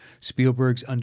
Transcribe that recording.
Spielberg's